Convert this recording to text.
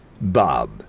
Bob